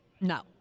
No